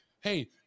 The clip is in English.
hey